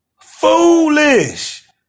Foolish